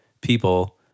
people